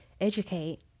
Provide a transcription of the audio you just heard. educate